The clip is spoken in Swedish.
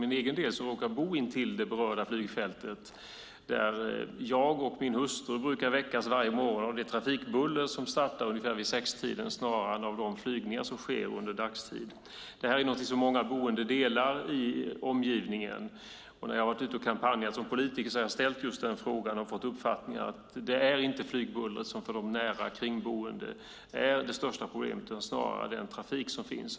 Jag råkar bo intill det berörda flygfältet. Jag och min hustru brukar väckas varje morgon av det trafikbuller som startar ungefär vid sextiden snarare än av de flygningar som sker under dagtid. Det här är någonting som många boende i omgivningen delar. När jag har varit ute och kampanjat som politiker har jag ställt just den frågan och fått uppfattningen att det inte är flygbullret som är det största problemet för de nära kringboende, utan det är snarare den trafik som finns.